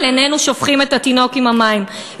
אבל איננו שופכים את התינוק עם המים,